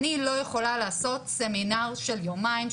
אני לא יכולה לעשות סמינר של יומיים,